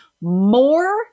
more